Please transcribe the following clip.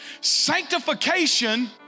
Sanctification